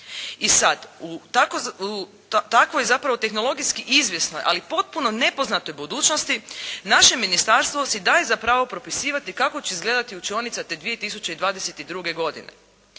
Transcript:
I sad, u takvoj zapravo tehnologijski izvjesnoj, ali potpuno nepoznatoj budućnosti naše ministarstvo si daje za pravo propisivati kako će izgledati učionica te 2022. godine.